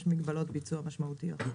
יש מגבלות ביצוע משמעותיות.